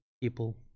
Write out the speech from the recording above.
people